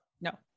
no